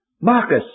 Marcus